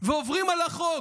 ועוברים על החוק,